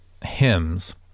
hymns